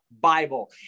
Bible